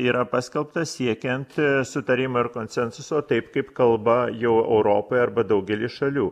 yra paskelbtas siekiant sutarimo ir konsensuso taip kaip kalba jau europoj arba daugely šalių